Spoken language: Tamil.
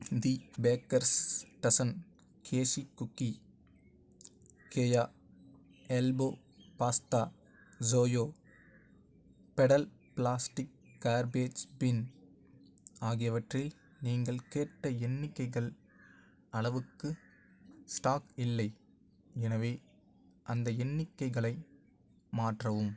தி Baker's Dozen cashew cookie Gaia elbow pasta Joyo pedal plastic garbage bin ஆகியவற்றில் நீங்கள் கேட்ட எண்ணிக்கைகள் அளவுக்கு ஸ்டாக் இல்லை எனவே அந்த எண்ணிக்கைகளை மாற்றவும்